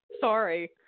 Sorry